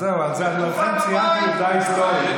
בתקופת מפא"י, אז זהו, לכן ציינתי עובדה היסטורית.